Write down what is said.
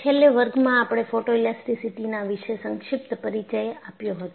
છેલ્લે વર્ગમાં આપણે ફોટોઇલાસ્ટીસીટીના વિશે સંક્ષિપ્ત પરિચય આપ્યો હતો